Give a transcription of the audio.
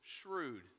shrewd